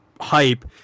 hype